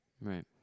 Right